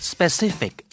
Specific